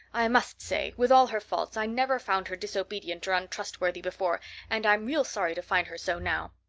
i must say, with all her faults, i never found her disobedient or untrustworthy before and i'm real sorry to find her so now.